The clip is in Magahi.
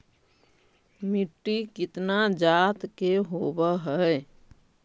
मिट्टी कितना जात के होब हय?